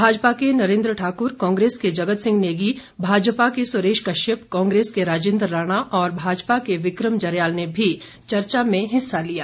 भाजपा के नरेंद्र ठाकूर कांग्रेस के जगत सिंह नेगी भाजपा के सुरेश कश्यप कांग्रेस के राजेंद्र राणा और भाजपा के विक्रम जरयाल ने भी चर्चा में हिस्सा लिया